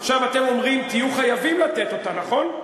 עכשיו, אתם אומרים: תהיו חייבים לתת אותה, נכון?